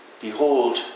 Behold